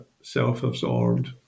self-absorbed